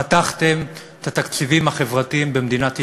חתכתם את התקציבים החברתיים במדינת ישראל.